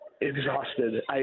Exhausted